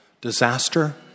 disaster